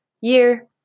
year